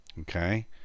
okay